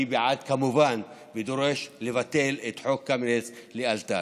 אני בעד, כמובן, ודורש לבטל את חוק קמיניץ לאלתר.